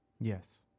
Yes